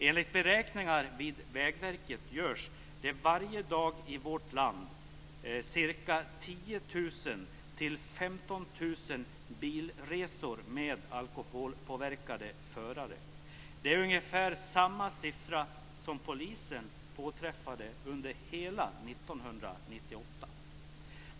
Enligt beräkningar vid Vägverket görs det varje dag i vårt land 10 000-15 000 bilresor med alkoholpåverkade förare. Det är ungefär det antal fall som polisen påträffade under hela 1998.